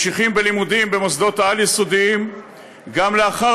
וממשיכים בלימודים במוסדות על-יסודיים גם לאחר